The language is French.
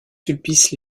sulpice